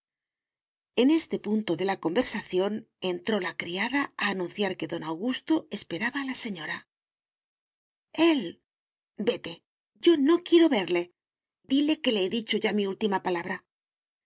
en este punto de la conversación entró la criada a anunciar que don augusto esperaba a la señora él vete yo no quiero verle dile que le he dicho ya mi última palabra